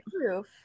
proof